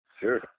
Sure